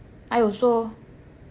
I also